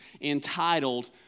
entitled